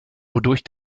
wodurch